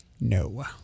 No